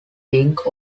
think